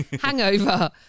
Hangover